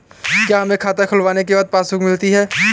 क्या हमें खाता खुलवाने के बाद पासबुक मिलती है?